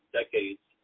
decades